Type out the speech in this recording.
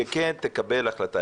שכן תקבל החלטה.